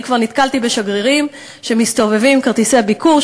אני כבר נתקלתי בשגרירים שמסתובבים עם כרטיסי ביקור,